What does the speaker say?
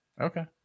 okay